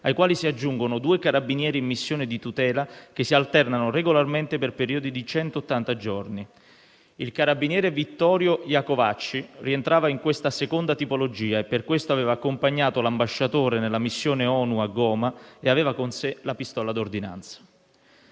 ai quali si aggiungono due carabinieri in missione di tutela, che si alternano regolarmente per periodi di centottanta giorni. Il carabiniere Vittorio Iacovacci rientrava in questa seconda tipologia e per questo aveva accompagnato l'ambasciatore nella missione ONU a Goma e aveva con sé la pistola di ordinanza.